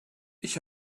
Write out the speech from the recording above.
ich